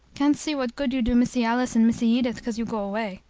can't see what good you do missy alice and missy edith cause you go away.